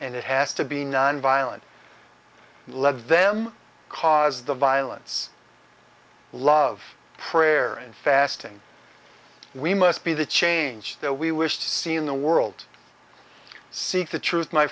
and it has to be nonviolent led them cause the violence love prayer and fasting we must be the change that we wish to see in the world seek the truth my